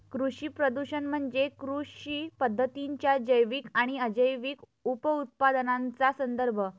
कृषी प्रदूषण म्हणजे कृषी पद्धतींच्या जैविक आणि अजैविक उपउत्पादनांचा संदर्भ